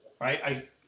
right